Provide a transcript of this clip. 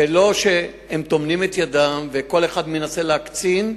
ולא שהם טומנים את ידם, וכל אחד מנסה להקצין,